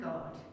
God